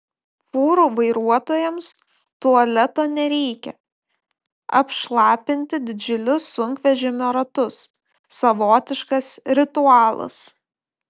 fūrų vairuotojams tualeto nereikia apšlapinti didžiulius sunkvežimio ratus savotiškas ritualas